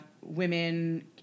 women